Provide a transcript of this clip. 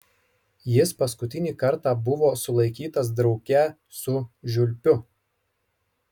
jis paskutinį kartą buvo sulaikytas drauge su žiulpiu